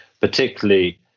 particularly